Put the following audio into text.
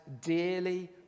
dearly